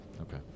Okay